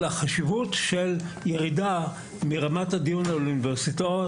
על החשיבות של ירידה מרמת הדיון באוניברסיטאות,